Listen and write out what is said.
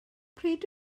pryd